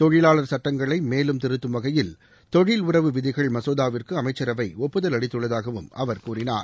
தொழிலாளர் சட்டங்களை மேலும் திருத்தும் வகையில் தொழில் உறவு விதிகள் மசோதாவிற்கு அமைச்சரவை ஒப்புதல் அளித்துள்ளதாகவும் அவர் கூறினார்